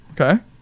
Okay